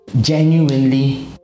genuinely